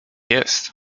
jest